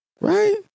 Right